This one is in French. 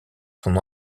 son